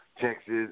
Texas